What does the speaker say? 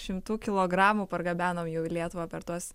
šimtų kilogramų pargabenom jau į lietuvą per tuos